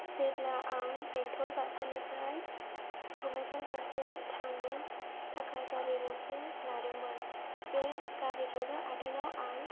जेब्ला आं बेंथल बास स्टेन्डनिफ्राय क'क्राझार फारसे थांनो थाखाय गारि गंसे लादोंमोन बे गारि ड्राइभार आदैनाव आं